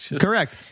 Correct